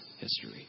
history